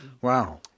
Wow